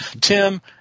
Tim